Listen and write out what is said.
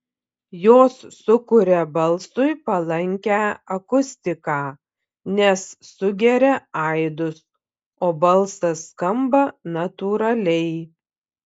jos sukuria balsui palankią akustiką nes sugeria aidus o balsas skamba natūraliai